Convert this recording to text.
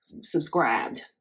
subscribed